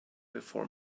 before